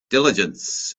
diligence